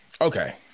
Okay